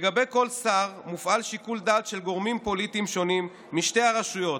אשר לכל שר מופעל שיקול דעת של גורמים פוליטיים שונים משתי הרשויות,